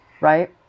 Right